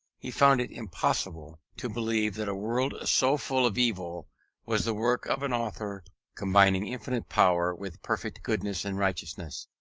he found it impossible to believe that a world so full of evil was the work of an author combining infinite power with perfect goodness and righteousness.